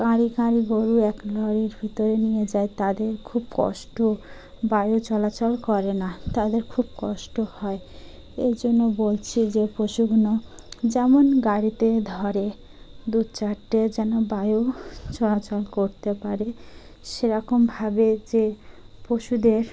কাঁড়ি কাঁড়ি গরু এক লরির ভিতরে নিয়ে যায় তাদের খুব কষ্ট বায়ু চলাচল করে না তাদের খুব কষ্ট হয় এই জন্য বলছি যে পশুগুলো যেমন গাড়িতে ধরে দু চারটে যেন বায়ু চলাচল করতে পারে সেরকমভাবে যে পশুদের